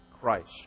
Christ